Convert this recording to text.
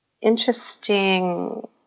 interesting